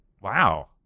Wow